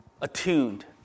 attuned